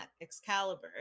Excalibur